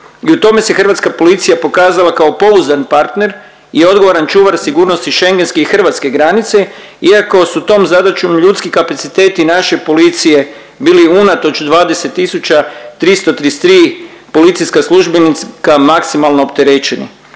i u tome se hrvatska policija pokazala kao pouzdan partner i odgovoran čuvan šengenske i hrvatske granice iako su tom zadaćom ljudski kapaciteti naše policije, bili unatoč 20.333 policijska službenika maksimalno opterećeni.